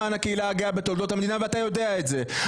המדינה למען הקהילה הגאה ואתה יודע את זה.